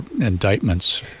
indictments